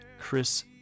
Chris